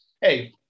Hey